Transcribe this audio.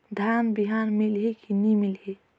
धान बिहान मिलही की नी मिलही?